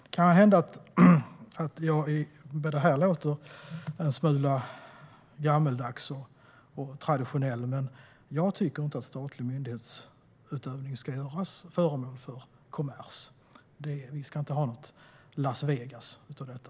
Det kan hända att jag därmed låter en smula gammaldags och traditionell, men jag tycker inte att statlig myndighetsutövning ska bli föremål för kommers. Vi ska inte ha något Las Vegas i detta.